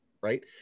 right